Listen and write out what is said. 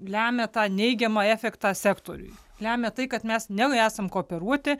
lemia tą neigiamą efektą sektoriui lemia tai kad mes ne esam kooperuoti